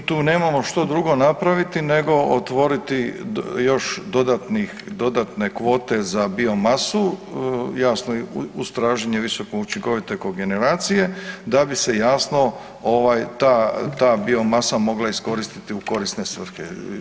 Mi tu nemamo što drugo napraviti nego otvoriti još dodane kvote za biomasu, jasno, uz traženje visokoučinkovite kogeneracije, da bi se jasno ta biomasa mogla iskoristiti u korisne svrhe.